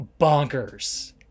bonkers